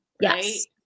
Yes